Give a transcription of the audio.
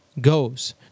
goes